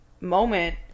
moment